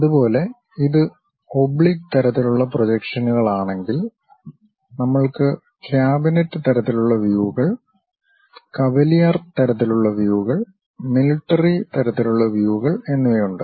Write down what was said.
അതുപോലെ ഇത് ഒബ്ലിക് തരത്തിലുള്ള പ്രൊജക്ഷനുകളാണെങ്കിൽ നമ്മൾക്ക് കാബിനറ്റ് തരത്തിലുള്ള വ്യൂകൾ കവലിയർ തരത്തിലുള്ള വ്യൂകൾ മിലിട്ടറി തരത്തിലുള്ള വ്യൂകൾ എന്നിവയുണ്ട്